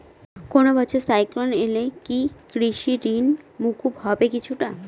কোনো বছর সাইক্লোন এলে কি কৃষি ঋণ মকুব হবে কিছুটা?